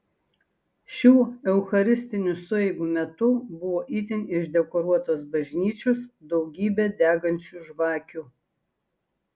šių eucharistinių sueigų metu buvo itin išdekoruotos bažnyčios daugybė degančių žvakių